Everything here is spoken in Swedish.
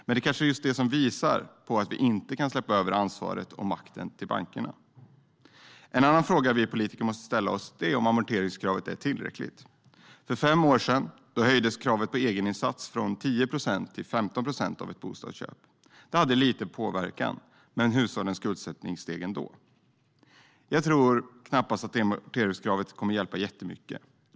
Men det kanske är just det som visar på att vi inte kan släppa över ansvaret och makten till bankerna. En annan fråga vi politiker måste ställa oss är om amorteringskravet är tillräckligt. För fem år sedan höjdes kravet på egeninsats från 10 procent till 15 procent av kostnaden för ett bostadsköp. Det hade en liten påverkan, men hushållens skuldsättning steg ändå. Jag tror knappast att amorteringskravet kommer att hjälpa jättemycket.